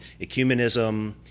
ecumenism